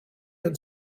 and